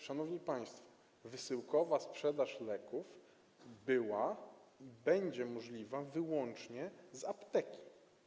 Szanowni państwo, wysyłkowa sprzedaż leków była i będzie możliwa wyłącznie z apteki.